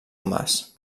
mas